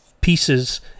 pieces